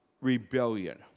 rebellion